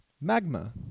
Magma